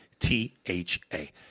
T-H-A